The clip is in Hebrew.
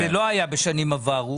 זה לא היה בשנים עברו.